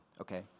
okay